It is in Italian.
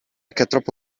troppo